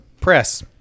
press